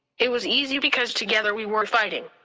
it was easy because together we were fighting.